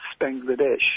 Bangladesh